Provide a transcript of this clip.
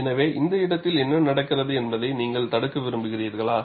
எனவே இந்த இடத்தில் என்ன நடக்கிறது என்பதை நீங்கள் தடுக்க விரும்புகிறீர்களா